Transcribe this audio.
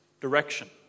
direction